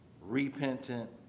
repentant